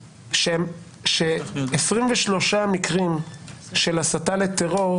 ש-23 מקרים של הסתה לטרור,